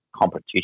Competition